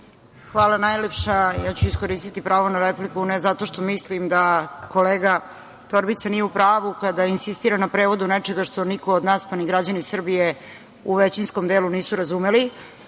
Hvala najlepše. Iskoristiću pravo na repliku, ne zato što mislim da kolega Torbica nije u pravu kada insistira na prevodu nečega što niko od nas, pa ni građani Srbije u većinskom delu nisu razumeli.